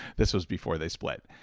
this was before they split.